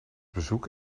bezoek